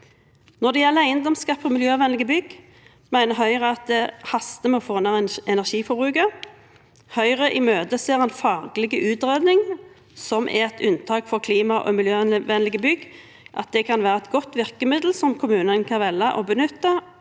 Når det gjelder eiendomsskatt på miljøvennlige bygg, mener Høyre at det haster med å få ned energiforbruket. Høyre imøteser en faglig utredning av om et unntak for klima- og miljøvennlige bygg kan være et godt virkemiddel som kommunene kan velge å benytte,